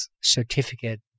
certificate